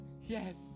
yes